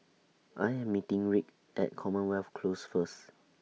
I Am meeting Rick At Commonwealth Close First